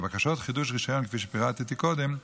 לבקשות חידוש רישיון, כפי שפירטתי קודם,